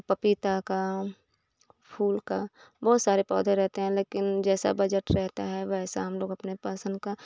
पपीता का फूल का बहुत सारे पौधे रहते हैं लेकिन जैसा बजट रहता है वैसा हम लोग अपने पसंद का